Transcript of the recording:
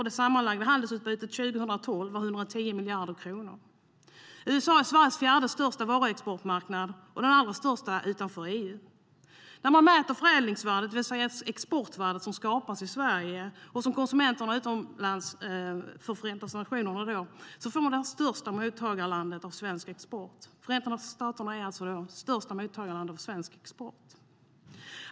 Det sammanlagda handelsutbytet 2012 var 110 miljarder kronor. USA är Sveriges fjärde största varuexportmarknad och den allra största utanför EU. Mäter man förädlingsvärdet, det vill säga exportvärdet som skapas i Sverige och som konsumeras utomlands, ser man att Förenta staterna är det största mottagarlandet av svensk export.